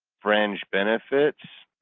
fringe benefits